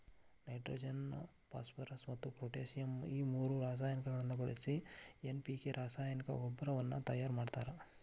nitrogen phosphorus ಮತ್ತ್ potassium ಈ ಮೂರು ರಾಸಾಯನಿಕಗಳನ್ನ ಬಳಿಸಿ ಎನ್.ಪಿ.ಕೆ ರಾಸಾಯನಿಕ ಗೊಬ್ಬರವನ್ನ ತಯಾರ್ ಮಾಡ್ತಾರ